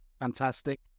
Fantastic